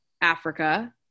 Africa